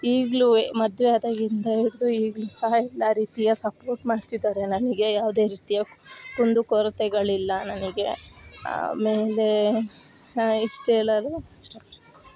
ಈಗ್ಲೂ ಮದುವೆ ಆದಾಗಿಂದ ಹಿಡ್ದು ಈಗಲೂ ಸಹ ಎಲ್ಲ ರೀತಿಯ ಸಪೋರ್ಟ್ ಮಾಡ್ತಿದಾರೆ ನನಗೆ ಯಾವುದೇ ರೀತಿಯ ಕುಂದು ಕೊರತೆಗಳಿಲ್ಲ ನನಗೆ ಆಮೇಲೇ ಇಷ್ಟು ಹೇಳಲು ಇಷ್ಟ ಪಡ್ತೀನಿ